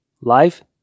Life